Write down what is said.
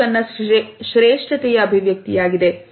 ಅದು ತನ್ನ ಶ್ರೇಷ್ಠತೆಯ ಅಭಿವ್ಯಕ್ತಿಯಾಗಿದೆ